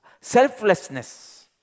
selflessness